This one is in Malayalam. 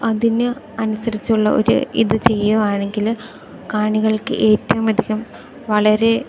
അതിന് അനുസരിച്ചുള്ള ഒര് ഇത് ചെയ്യുവാണെങ്കില് കാണികൾക്ക് ഏറ്റോം അധികം വളരെ